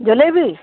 jalebi